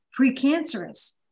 precancerous